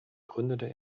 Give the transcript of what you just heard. gründete